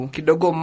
Kidogo